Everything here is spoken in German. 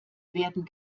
werden